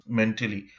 mentally